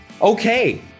Okay